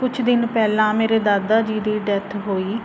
ਕੁਛ ਦਿਨ ਪਹਿਲਾਂ ਮੇਰੇ ਦਾਦਾ ਜੀ ਦੀ ਡੈਥ ਹੋਈ